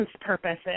purpose